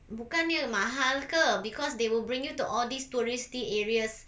bukannya mahal ke because they will bring you to all these touristy areas